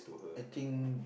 I think